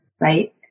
Right